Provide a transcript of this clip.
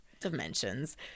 Dimensions